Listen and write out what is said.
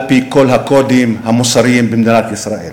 על-פי כל הקודים המוסריים במדינת ישראל.